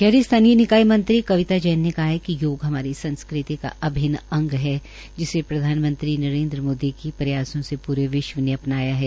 शहरी स्थानीय निकाय मंत्री कविता जैन ने कहा है कि योग हमारी संस्कृति का अभिन्न अंग है जिसे प्रधानमंत्री नरेन्द्र मोदी के प्रयासों से पूरे विश्व ने अपनाया है